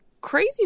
crazy